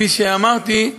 כפי שאמרתי,